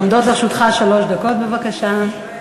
עומדות לרשותך שלוש דקות, בבקשה.